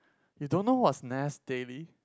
you don't know what's Nas-Daily